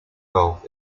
golf